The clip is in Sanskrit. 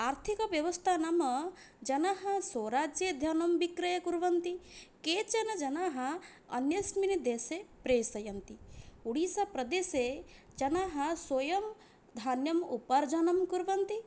आर्थिकव्यवस्था नाम जनः स्वराज्ये धान्यं विक्रयं कुर्वन्ति केचन जनाः अन्यस्मिन् देशे प्रेषयन्ति ओडिसाप्रदेशे जनः स्वयं धान्यम् उपार्जनं कुर्वन्ति